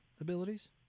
abilities